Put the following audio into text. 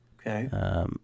Okay